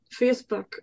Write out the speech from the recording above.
Facebook